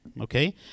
okay